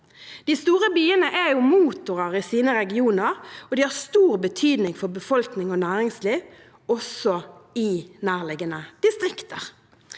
De store byene er motorer i sine regioner, og de har stor betydning for befolkning og næringsliv også i nærliggende distrikter.